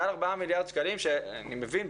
מעל 4 מיליארד שקלים אני מבין,